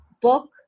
book